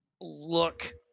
look